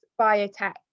biotech